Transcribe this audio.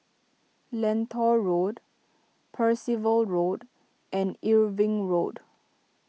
Lentor Road Percival Road and Irving Road